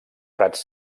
prats